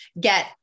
get